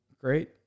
great